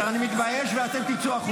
תתבייש לך.